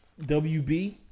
WB